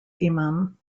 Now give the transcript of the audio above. imam